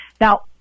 Now